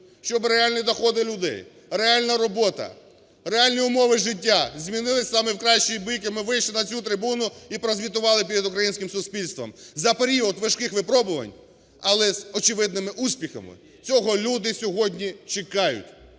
щоб реальні доходи людей, реальна робота, реальні умови життя, змінились саме в кращий бік - ы ми вийшли на цю трибуну, і прозвітували перед українським суспільством за період важких випробувань, але з очевидними успіхами. Цього люди сьогодні чекають.